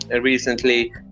recently